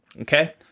Okay